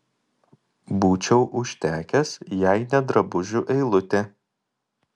būčiau užtekęs jei ne drabužių eilutė